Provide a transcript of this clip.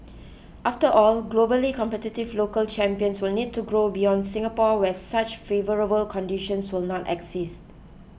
after all globally competitive local champions will need to grow beyond Singapore where such favourable conditions will not exist